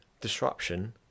disruption